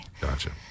Gotcha